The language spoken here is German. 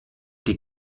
die